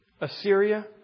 Assyria